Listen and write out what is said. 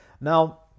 Now